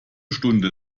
stunde